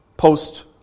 post